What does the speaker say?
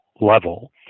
level